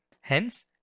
hence